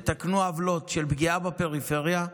תתקנו עוולות של פגיעה בפריפריה,